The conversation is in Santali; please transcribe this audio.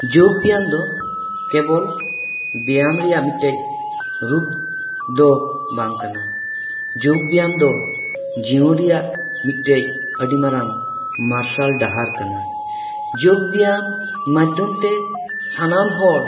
ᱡᱳᱜ ᱵᱮᱭᱟᱢ ᱫᱚ ᱠᱮᱵᱚᱞ ᱵᱮᱭᱟᱢ ᱨᱮᱭᱟᱜ ᱢᱤᱫᱴᱮᱱ ᱨᱩᱯ ᱫᱚ ᱵᱟᱝ ᱠᱟᱱᱟ ᱡᱳᱜ ᱵᱮᱭᱟᱢ ᱫᱚ ᱡᱤᱭᱚᱱ ᱨᱮᱭᱟᱜ ᱢᱤᱫᱴᱮᱱ ᱟᱹᱰᱤ ᱢᱟᱨᱟᱝ ᱢᱟᱨᱥᱟᱞ ᱰᱟᱦᱟᱨ ᱠᱟᱱᱟ ᱡᱳᱜ ᱵᱮᱭᱟᱢ ᱢᱟᱫᱷᱚᱢ ᱛᱮ ᱥᱟᱱᱟᱢ ᱦᱚᱲ